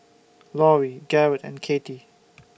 Lorri Garret and Katie